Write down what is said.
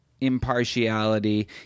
impartiality